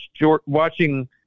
watching